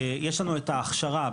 יש לנו את ההכשרה,